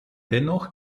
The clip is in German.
dennoch